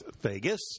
Vegas